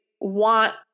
want